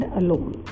alone